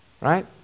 right